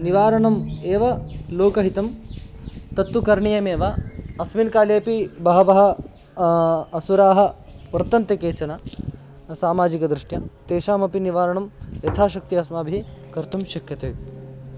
निवारणम् एव लोकहितं तत्तु करणीयमेव अस्मिन् कालेपि बहवः असुराः वर्तन्ते केचन सामाजिकदृष्ट्या तेषामपि निवारणं यथाशक्ति अस्माभिः कर्तुं शक्यते